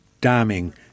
damning